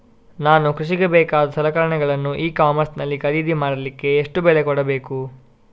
ನಾನು ಕೃಷಿಗೆ ಬೇಕಾದ ಸಲಕರಣೆಗಳನ್ನು ಇ ಕಾಮರ್ಸ್ ನಲ್ಲಿ ಖರೀದಿ ಮಾಡಲಿಕ್ಕೆ ಎಷ್ಟು ಬೆಲೆ ಕೊಡಬೇಕು?